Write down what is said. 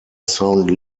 sound